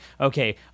Okay